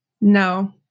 No